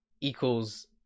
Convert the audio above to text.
equals